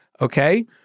Okay